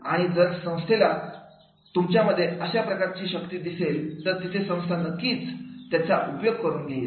आणि जर संस्थेला तुमच्यामध्ये अशा प्रकारची शक्ती दिसेल तर तिथे संस्था नक्कीच उपयोग करून घेईल